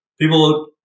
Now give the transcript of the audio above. People